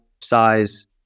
size